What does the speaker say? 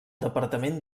departament